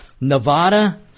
Nevada